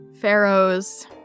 pharaoh's